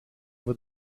wird